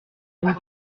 route